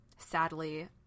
Sadly